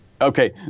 Okay